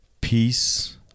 peace